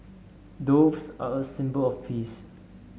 doves are a symbol of peace